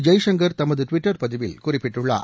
ஜெய்சங்கர் தமது ட்விட்டர் பதிவில் குறிப்பிட்டுள்ளார்